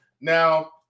Now